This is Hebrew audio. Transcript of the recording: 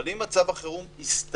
אבל אם מצב החירום הסתיים